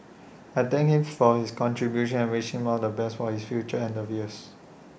I thank him for his contributions and wish him all the best for his future endeavours